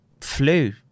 flu